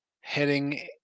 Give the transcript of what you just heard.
heading